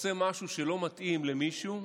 עושה משהו שלא מתאים למישהו,